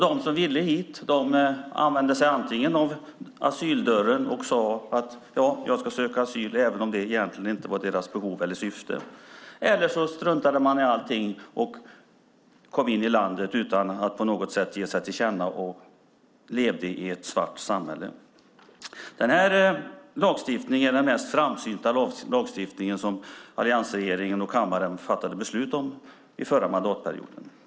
De som ville hit använde sig antingen av asyldörren och sade: Jag ska söka asyl, även om det egentligen inte var deras behov eller syfte, eller så struntade de i allting och kom in i landet utan att på något sätt ge sig till känna och levde i ett svart samhälle. Detta är den mest framsynta lagstiftning som alliansregeringen och kammaren fattade beslut om under den förra mandatperioden.